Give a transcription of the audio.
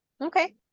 Okay